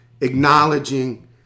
acknowledging